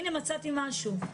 הנה מצאתי משהו,